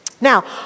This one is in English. Now